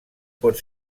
pot